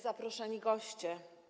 Zaproszeni Goście!